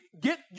get